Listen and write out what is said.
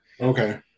Okay